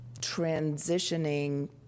transitioning